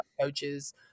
coaches